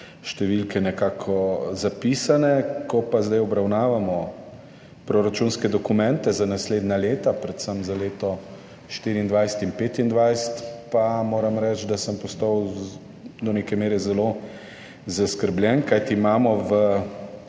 številke nekako zapisane, ko zdaj obravnavamo proračunske dokumente za naslednja leta, predvsem za leti 2024 in 2025, pa moram reči, da sem postal do neke mere zelo zaskrbljen. Kajti v